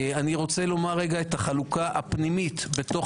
אני רוצה לומר את החלוקה הפנימית בתוך